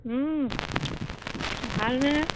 ভালনে